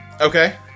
Okay